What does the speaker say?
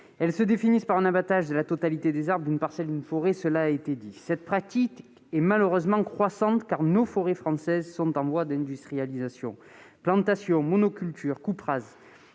elles se définissent par un abattage de la totalité des arbres ou d'une parcelle d'une forêt. Cette pratique est malheureusement croissante, car nos forêts françaises sont en voie d'industrialisation : plantations, monocultures, coupes rases